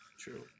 true